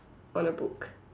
on a book